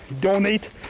Donate